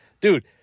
dude